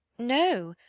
no.